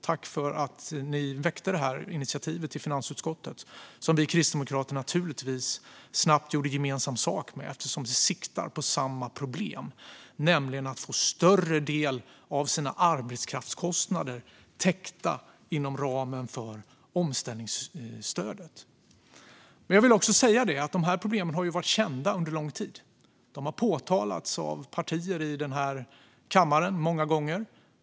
Tack för att ni väckte det här initiativet i finansutskottet! Vi kristdemokrater gjorde naturligtvis snabbt gemensam sak med det eftersom det siktar på samma problem, nämligen att få en större del av företagens arbetskraftskostnader täckta inom ramen för omställningsstödet. Jag vill också säga att de här problemen ju har varit kända under en lång tid och påtalats av partier i den här kammaren många gånger.